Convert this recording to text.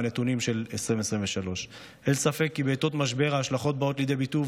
עם הנתונים של 2023. אין ספק כי בעיתות משבר ההשלכות באות לידי ביטוי,